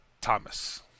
Thomas